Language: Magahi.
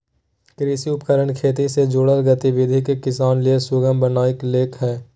कृषि उपकरण खेती से जुड़ल गतिविधि के किसान ले सुगम बनइलके हें